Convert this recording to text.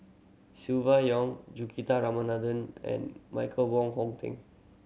Silvia Yong Juthika Ramanathan and Michael Wong Hong Teng